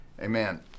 Amen